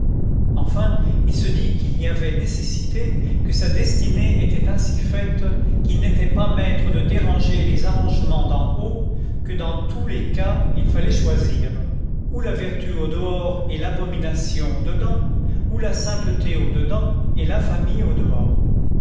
enfin il se dit qu'il y avait nécessité que sa destinée était ainsi faite qu'il n'était pas maître de déranger les arrangements d'en haut que dans tous les cas il fallait choisir ou la vertu au dehors et l'abomination au dedans ou la sainteté au dedans et l'infamie au dehors